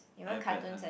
iPad !huh!